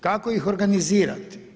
Kako ih organizirati.